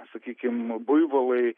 sakykim buivolai